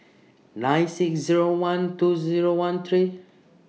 nine six Zero one two Zero one three